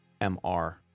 MR